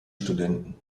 studenten